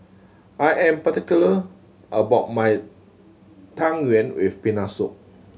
I am particular about my Tang Yuen with Peanut Soup